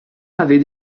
avait